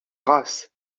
grâce